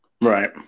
Right